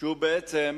שהוא בעצם